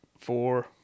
four